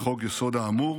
לחוק-היסוד האמור